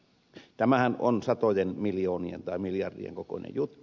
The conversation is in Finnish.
tämähän on satojen miljoonien tai miljardien kokoinen juttu